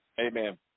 amen